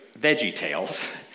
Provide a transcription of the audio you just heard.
VeggieTales